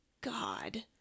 God